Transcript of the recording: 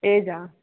ఏజా